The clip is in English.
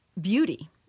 beauty